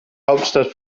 hauptstadt